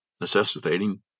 necessitating